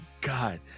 God